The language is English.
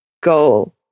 go